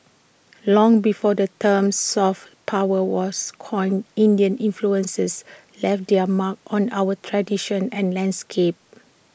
long before the term 'soft power' was coined Indian influences left their mark on our traditions and landscape